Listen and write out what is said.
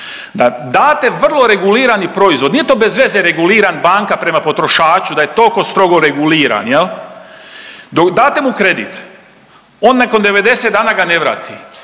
da date vrlo regulirani proizvod, nije to bezveze reguliran banka prema potrošaču da je toliko strogo reguliran. Jel'? Date mu kredit, on nakon 90 dana ga ne vrati,